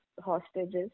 hostages